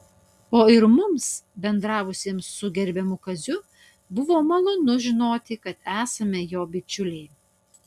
o ir mums bendravusiems su gerbiamu kaziu buvo malonu žinoti kad esame jo bičiuliai